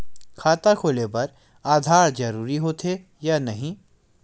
खाता खोले बार आधार जरूरी हो थे या नहीं?